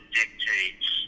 dictates